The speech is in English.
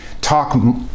talk